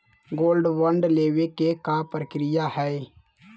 Gold bond लेवे के का प्रक्रिया हई?